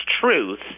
truth